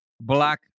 Black